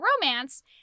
romance